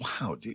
Wow